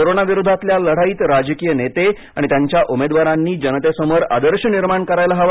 कोरोनाविरोधातल्या लढाईत राजकीय नेते आणि त्यांच्या उमेदवारांनी जनतेसमोर आदर्श निर्माण करायला हवा